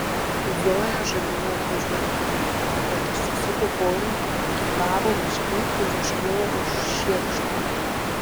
zoja žadėjo atvažiuoti padėti bet išsisuko koją grybavo miške ir užkliuvo už šiekšto